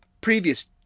previous